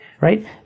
right